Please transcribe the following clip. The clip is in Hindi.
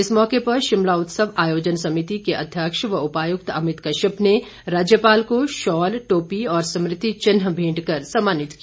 इस मौके पर शिमला उत्सव आयोजन समिति के अध्यक्ष व उपाय्क्त अमित कश्यप ने राज्यपाल को शॉल टॉपी और स्मृति चिन्ह भेंट कर सम्मानित किया